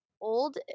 old